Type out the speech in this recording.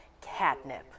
catnip